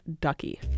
ducky